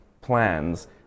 plans